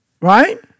right